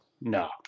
No